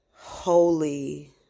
holy